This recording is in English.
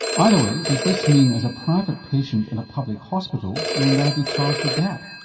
either way, does this mean as a private patient in a public hospital, you'll now be charged a gap?